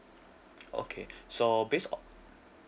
okay so based on